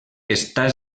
està